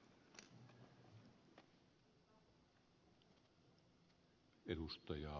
arvoisa puhemies